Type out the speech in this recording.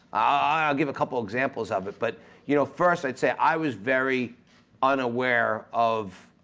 i'll give a couple examples of it but you know first i'd say i was very unaware of